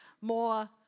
more